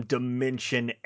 Dimension